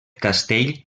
castell